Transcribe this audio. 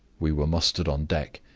we were mustered on deck,